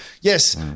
yes